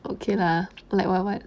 okay lah like what what